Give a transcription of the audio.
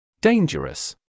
dangerous